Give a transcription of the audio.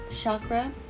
Chakra